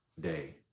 day